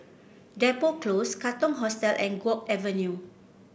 Depot Close Katong Hostel and Guok Avenue